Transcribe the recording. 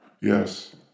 Yes